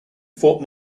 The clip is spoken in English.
fort